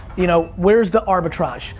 you know, where's the arbitrage,